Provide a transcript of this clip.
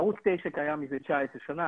ערוץ 9 קיים מזה 19 שנה,